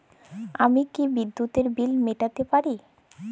আমি কি বিদ্যুতের বিল মেটাতে পারি?